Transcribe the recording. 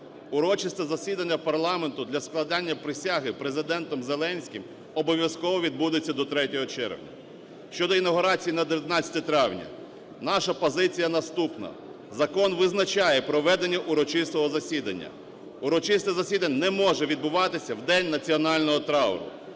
Урочисте засідання парламенту для складання присяги Президентом Зеленським обов'язково відбудеться до 3 червня. Щодо інавгурації на 19 травня, наша позиція наступна: закон визначає проведення урочистого засідання, урочисте засідання не може відбуватися в день національного трауру.